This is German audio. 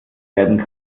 werden